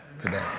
today